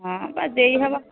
ହଁ ବା ଦେଇହେବ